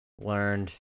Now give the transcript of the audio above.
learned